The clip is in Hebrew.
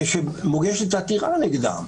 כשמוגשת עתירה נגדם,